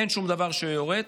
אין שום דבר שיורד.